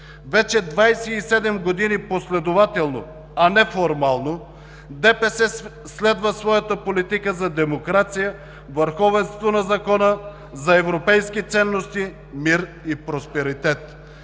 Вече 27 години последователно, а не формално, ДПС следва своята политика за демокрация, върховенство на закона, за европейски ценности, мир и просперитет.